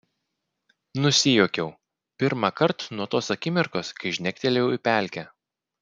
nusijuokiau pirmąkart nuo tos akimirkos kai žnektelėjau į pelkę